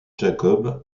jacob